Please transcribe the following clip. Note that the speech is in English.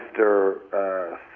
Mr